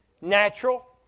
Natural